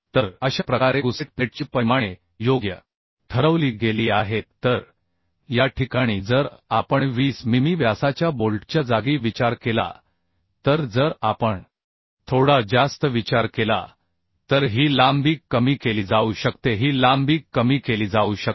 तर अशा प्रकारे गुसेट प्लेटची परिमाणे योग्य ठरवली गेली आहेत तर या ठिकाणी जर आपण 20 मिमी व्यासाच्या बोल्टच्या जागी विचार केला तर जर आपण थोडा जास्त विचार केला तर ही लांबी कमी केली जाऊ शकते ही लांबी कमी केली जाऊ शकते